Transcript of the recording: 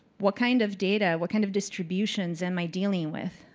what kind of data? what kind of distributions am i dealing with?